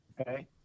okay